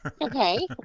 Okay